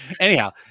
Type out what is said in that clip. Anyhow